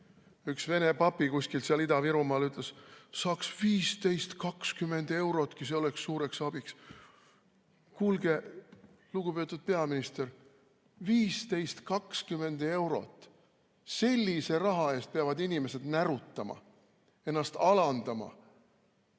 üks vene papi kuskil seal Ida-Virumaal ütles, et saaks 15–20 eurotki, see oleks suureks abiks. Kuulge, lugupeetud peaminister, 15–20 eurot, sellise raha eest peavad inimesed närutama, ennast alandama!